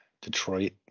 Detroit